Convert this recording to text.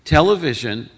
Television